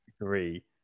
agree